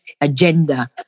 agenda